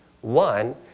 One